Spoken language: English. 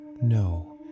no